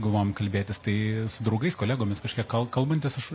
galvojom kalbėtis tai su draugais kolegomis kažką kalbantis aš